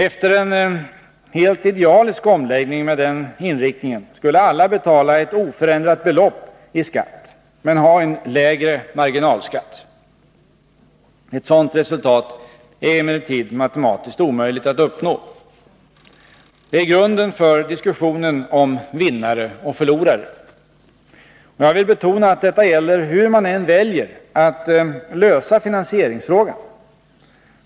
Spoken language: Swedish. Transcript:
Efter en helt idealisk omläggning med den inriktningen skulle alla betala ett oförändrat beloppi skatt men ha en lägre marginalskatt. Ett sådant resultat är emellertid matematiskt omöjligt att uppnå. Det är grunden för diskussionen om vinnare och förlorare. Jag vill betona att detta gäller hur man än väljer att lösa finansieringsfrågan.